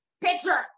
picture